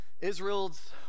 Israel's